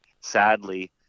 sadly